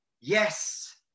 Yes